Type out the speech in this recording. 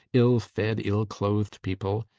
ill fed, ill clothed people.